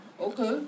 Okay